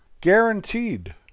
Guaranteed